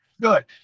Good